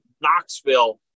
Knoxville